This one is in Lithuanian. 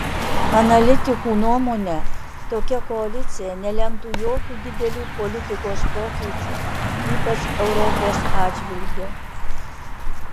analitikų nuomone tokia koalicija nelemtų jokių didelių politikos pokyčių ypač europos atžvilgiu